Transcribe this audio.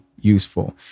useful